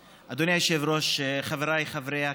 היושב-ראש, חבריי חברי הכנסת,